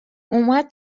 اومد